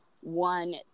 one